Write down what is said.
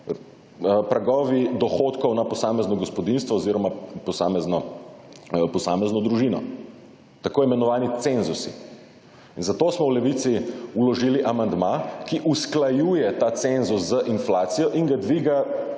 pragovi dohodkov na posamezno gospodinjstvo oziroma posamezno družino – t. i. cenzusi. In zato smo v Levici vložili amandma, ki usklajuje ta cenzus z inflacijo in ga dviga